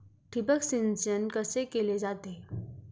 ठिबक सिंचन कसे केले जाते?